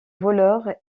voleurs